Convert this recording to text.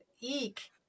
eek